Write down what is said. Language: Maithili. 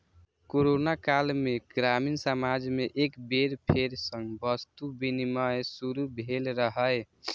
कोरोना काल मे ग्रामीण समाज मे एक बेर फेर सं वस्तु विनिमय शुरू भेल रहै